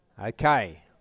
Okay